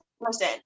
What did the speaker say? person